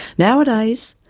nowadays,